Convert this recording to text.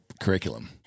curriculum